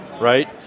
right